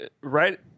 right